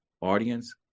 audience